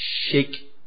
shake